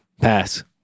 pass